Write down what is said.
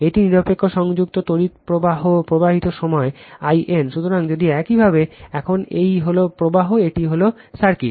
এটি নিরপেক্ষ সংযুক্ত তড়িৎ প্রবাহিত হয় সময় উল্লেখ করুন 2125 I n সুতরাং যদি একইভাবে এখন এই হল প্রবাহ এই হল সার্কিট